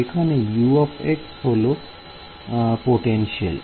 এখানে U হলো potential